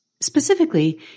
Specifically